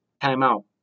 Timeout